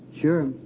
Sure